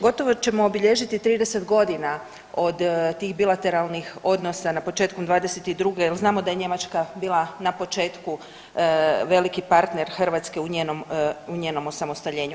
Gotovo ćemo obilježiti 30 godina od tih bilateralnih odnosa na početku 22. jer znamo da je Njemačka bila na početku veliki partner Hrvatske u njenom osamostaljenju.